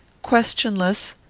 questionless,